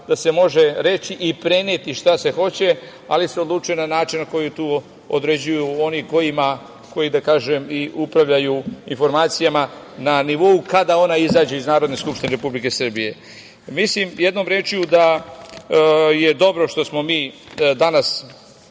da se može reći i preneti šta se hoće, ali se odlučuje na način na koji to određuju oni koji da kažem i upravljaju informacijama na nivou kada ona izađe iz Narodne skupštine Republike Srbije. Mislim, jednom rečju, da je dobro što smo mi danas